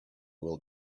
will